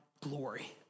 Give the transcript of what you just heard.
glory